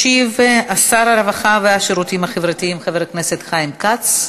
ישיב שר הרווחה והשירותים החברתיים חבר הכנסת חיים כץ.